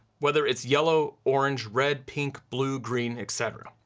whether it's yellow, orange, red, pink, blue, green, et cetera.